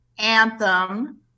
Anthem